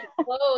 close